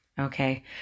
okay